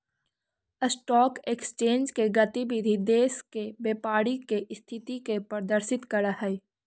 stock exchange के गतिविधि देश के व्यापारी के स्थिति के प्रदर्शित करऽ हइ